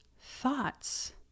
thoughts